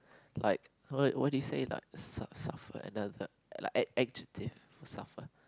like what what did you say like su~ suffer ad adjective for suffer